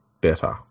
better